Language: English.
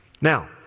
Now